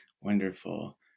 Wonderful